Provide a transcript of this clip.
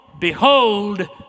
behold